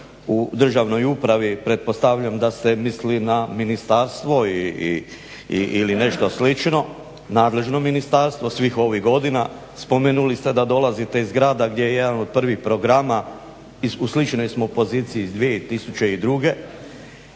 u državnoj upravi. Pretpostavljam da ste mislili na ministarstvo ili nešto slično, nadležno ministarstvo svih ovih godina. Spomenuli ste da dolazite iz grada gdje je jedan od prvih programa i u sličnoj smo poziciji iz 2002.